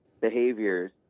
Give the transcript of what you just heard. behaviors